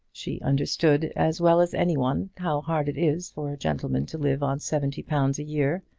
she understood, as well as any one, how hard it is for a gentleman to live on seventy pounds a year.